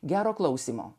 gero klausymo